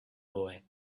boy